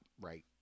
right